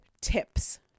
tips